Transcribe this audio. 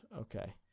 Okay